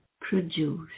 produce